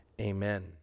amen